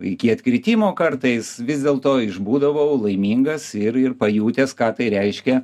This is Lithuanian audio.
iki atkritimo kartais vis dėlto išbūdavau laimingas ir ir pajutęs ką tai reiškia